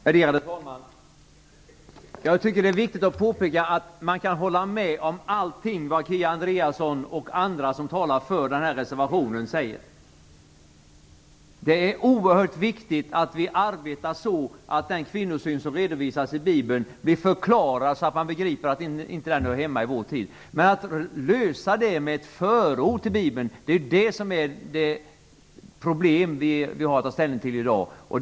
Värderade talman! Jag tycker att det är viktigt att påpeka att man kan hålla med om allting som Kia Andreasson och andra som talar för reservationen säger. Det är oerhört viktigt att vi arbetar så att den kvinnosyn som redovisas i Bibeln blir förklarad, så att man begriper att den inte hör hemma i vår tid. Men det vi har att ta ställning till i dag är om man kan lösa problemet med ett förord till Bibeln.